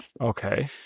Okay